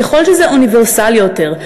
ככל שזה אוניברסלי יותר,